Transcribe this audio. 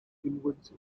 inwards